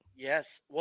Yes